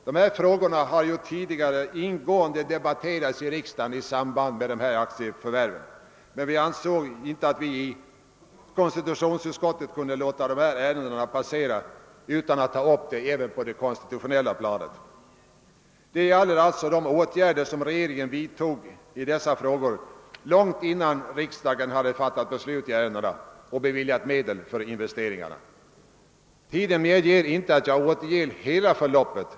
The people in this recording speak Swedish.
De frågorna har tidigare debatterats ingående i riksdagen i samband med aktieförvärven, men vi har ansett att vi 1 konstitutionsutskottet inte kunde låta dessa ärenden passera utan att ta upp dem även på det konstitutionella pla net. Det gäller alltså här de åtgärder regeringen vidtog långt innan riksdagen hade fattat beslut och beviljat medel för investeringarna. Tiden medger inte att jag här återger hela förloppet.